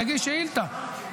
תגיש שאילתה,